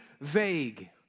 vague